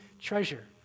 treasure